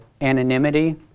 anonymity